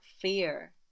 fear